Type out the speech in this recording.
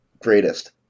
Greatest